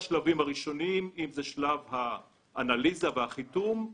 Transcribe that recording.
מהשלבים הראשונים - שלב האנליזה והחיתום,